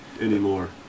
anymore